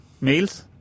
Meals